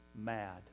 mad